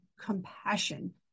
compassion